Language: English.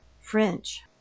French